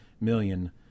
million